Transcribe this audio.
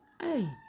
hey